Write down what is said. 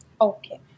Okay